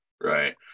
right